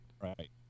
Right